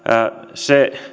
se